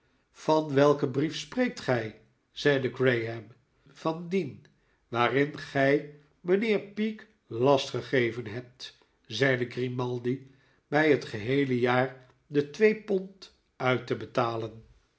yan welken brief spreekt gij zeide graham van dien waarin gij mijnheer peake last gegeven hebt zeide grimaldi mij het geheele jaar de twee pond uit te betalen